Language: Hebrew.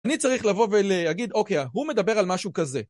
אני צריך לבוא ולהגיד, אוקיי, הוא מדבר על משהו כזה.